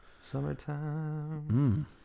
Summertime